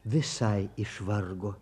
visai išvargo